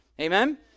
Amen